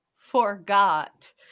forgot